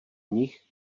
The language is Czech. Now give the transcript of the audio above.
nich